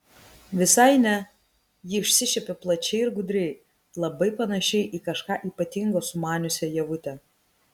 visai ne ji išsišiepė plačiai ir gudriai labai panašiai į kažką ypatingo sumaniusią ievutę